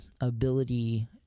ability